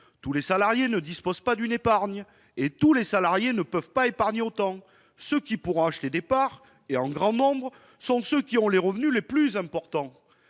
tous les salariés ne disposent pas d'une épargne, et tous ne peuvent pas épargner à la même hauteur. Ceux qui pourront acheter des parts en grand nombre sont ceux qui ont les revenus les plus importants.